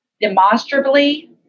demonstrably